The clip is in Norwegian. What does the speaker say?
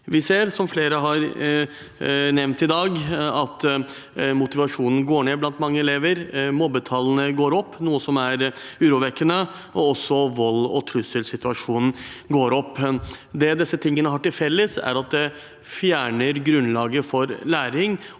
i skolen. Som flere har nevnt i dag, ser vi at motivasjonen går ned blant mange elever. Mobbetallene går opp, noe som er urovekkende, og også antallet vold- og trusselsituasjoner går opp. Det disse har til felles, er at de fjerner grunnlaget for læring